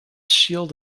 shield